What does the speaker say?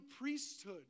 priesthood